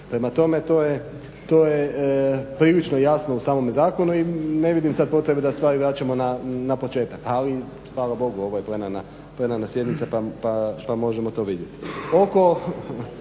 Prema tome to je prilično jasno u samome zakonu i ne vidim sada potrebe da stvari vračamo na početak, ali hvala Bogu ovo je plenarna sjednica pa možemo to vidjeti.